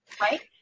Right